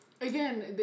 Again